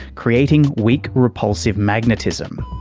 creating weak repulsive magnetism,